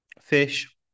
fish